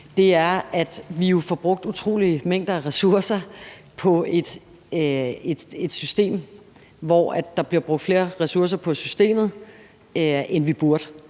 på, er, at vi jo får brugt utrolige mængder af ressourcer på et system, altså der bliver brugt flere ressourcer på systemet, end der burde.